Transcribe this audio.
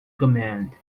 command